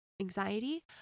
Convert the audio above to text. anxiety